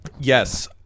yes